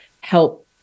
help